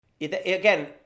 Again